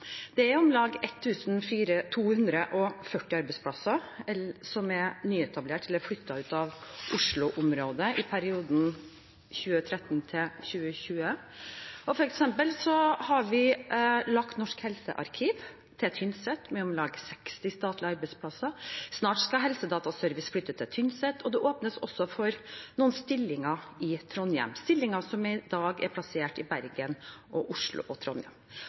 Det er om lag 1 240 arbeidsplasser som er nyetablert eller flyttet ut av Oslo-området i perioden 2013–2020. Vi har f.eks. lagt Norsk helsearkiv til Tynset, med om lag 60 statlige arbeidsplasser. Snart skal Helsedataservice flyttes til Tynset. Det åpnes også for noen stillinger i Trondheim, stillinger som i dag er plassert i Bergen, Oslo og Trondheim. Hovedregelen i regjeringens lokaliseringspolitikk er at ny statlig virksomhet skal etableres utenfor Oslo og